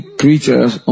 creatures